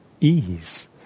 ease